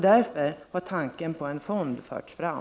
Därför har tanken på en fond förts fram.